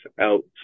out